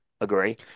Agree